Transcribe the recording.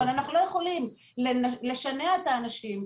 אבל אנחנו לא יכולים לשנע את האנשים,